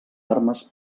armes